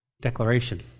declaration